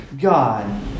God